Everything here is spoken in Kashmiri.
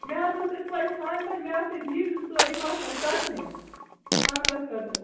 مےٚ حظ اوس یِتھٕ پٲٹھۍ خانٛدَر مےٚ آسہٕ ییٚتہِ وِرِ زٕ ژور یِم آسہٕ مےٚ ژَٹنہِ خانٛدرَس خٲطرٕ